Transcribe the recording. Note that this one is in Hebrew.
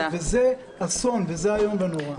זה אסון, וזה איום ונורא.